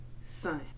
son